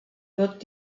wird